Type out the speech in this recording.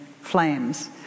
flames